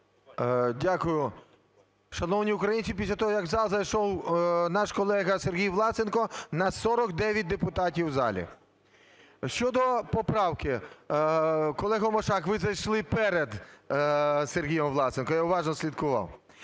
Дякую. Шановні українці, після того, як в зал зайшов наш колега Сергій Власенко, нас 49 депутатів в залі. Щодо поправки... Колего Мушак, ви зайшли перед Сергієм Власенко, я уважно слідкував.